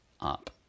up